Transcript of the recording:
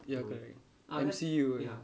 ya correct M_C_U